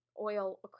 oil